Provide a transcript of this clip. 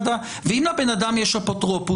ואם לבן אדם יש אפוטרופוס?